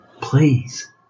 Please